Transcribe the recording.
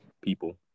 people